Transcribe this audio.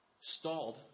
stalled